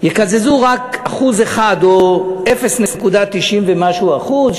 יקזזו רק 1% או 0.90 ומשהו אחוז,